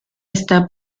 está